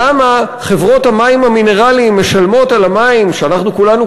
למה חברות המים המינרליים משלמות על המים שכולנו